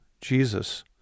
Jesus